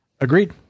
Agreed